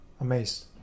amazed